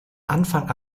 anfang